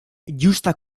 justa